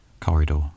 corridor